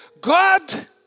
God